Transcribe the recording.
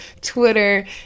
Twitter